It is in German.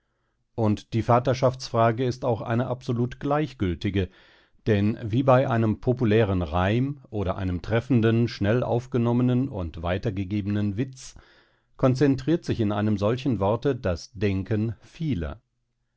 und die vaterschaftsfrage ist auch eine absolut gleichgültige denn wie bei einem populären reim oder einem treffenden schnell aufgenommenen und weitergegebenen witz konzentriert sich in einem solchen worte das denken vieler